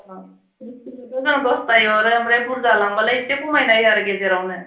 औ मिस्थिखौथ' जोङो दसथायै हरो ओमफ्राय बुरजा लांबालाय इसे खमायना होयो आरो गेजेरावनो